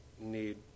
need